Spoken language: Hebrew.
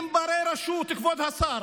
הם בני-רשות, כבוד השר,